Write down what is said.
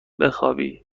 بخوابی